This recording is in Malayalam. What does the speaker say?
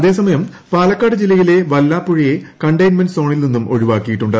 അതേസമയം പാലക്കാട് ജില്ലയിലെ വല്ലാപ്പുഴയെ് കണ്ടൈമെന്റ് സോണിൽ നിന്നും ഒഴിവാക്കിയിട്ടുണ്ട്